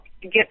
get